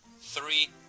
three